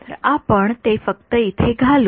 तर आपण ते फक्त इथे घालू